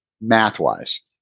math-wise